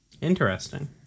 interesting